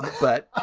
but